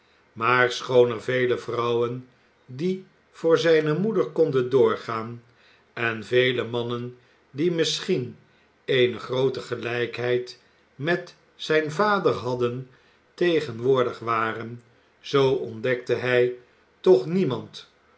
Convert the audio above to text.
maar schoon er vele vrouwen die voor zijne moeder konden doorgaan en vele mannen die misschien eene groote gelijkheid met zijn vader hadden tegenwoordig waren zoo ontdekte hij toch niemand